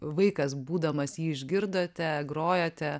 vaikas būdamas jį išgirdote grojote